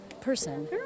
person